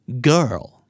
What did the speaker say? Girl